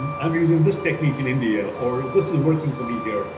i'm using this technique in india or this is working for me here.